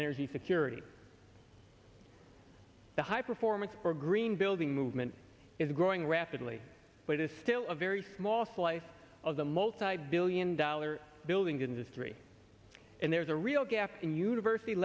energy security the high performance or green building movement is growing rapidly but it is still a very small slice of the multibillion dollar building industry and there's a real gap in university